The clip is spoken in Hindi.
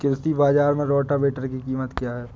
कृषि बाजार में रोटावेटर की कीमत क्या है?